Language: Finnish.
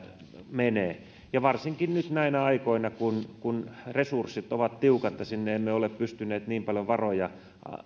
menee ja varsinkin nyt näinä aikoina kun kun resurssit ovat tiukat ja sinne emme ole pystyneet niin paljon varoja